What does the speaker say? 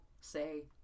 say